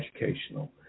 educational